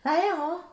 like that hor